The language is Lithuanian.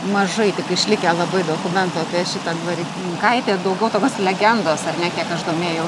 mažai tik išlikę labai dokumentų apie šitą dvarininkaitę ir daugiau tokios legendos ar ne kiek aš domėjau